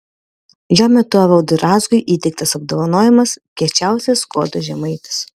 jo metu evaldui razgui įteiktas apdovanojimas kiečiausias skuodo žemaitis